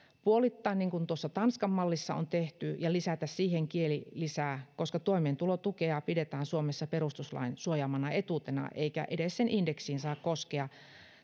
puolittaa niin kuin tuossa tanskan mallissa on tehty ja lisätä siihen kielilisää koska toimeentulotukea pidetään suomessa perustuslain suojaamana etuutena eikä edes sen indeksiin saa koskea